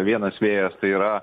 vienas vėjas tai yra